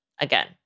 again